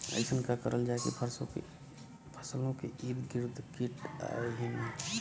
अइसन का करल जाकि फसलों के ईद गिर्द कीट आएं ही न?